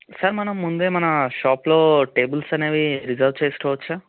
sir ముందే మన షాప్లో టేబుల్స్ అనేవి రిజర్వ్ చేసుకోవచ్చా